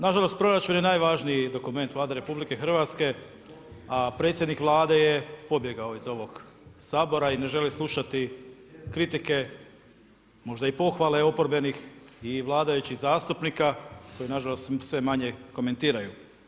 Nažalost proračun je najvažniji dokument Vlade RH, a predsjednik Vlade je pobjegao iz ovog Sabora i ne želi slušati kritike, možda i pohvale oporbenih i vladajućih zastupnika koji nažalost sve manje komentiraju.